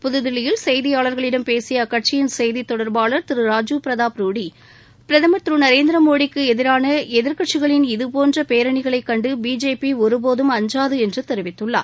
புதுதில்லியில் செய்தியாளர்களிடம் பேசிய அக்கட்சியின் செய்தி தொடர்பாளர் திரு ராஜுவ் பிரதாப் பிரதமர் திரு நரேந்திர மோடிக்கு எதிரான எதிர்கட்சிகளின் இதுபோன்ற பேரணிகளை கண்டு பிஜேபி ருடி ஒருபோதும் அஞ்சாது என்றும் தெரிவித்துள்ளார்